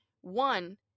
One